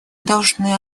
должны